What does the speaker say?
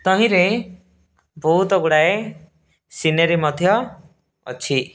ତହିଁରେ ବହୁତ ଗୁଡ଼ାଏ ସିନେରୀ ମଧ୍ୟ ଅଛି